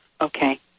Okay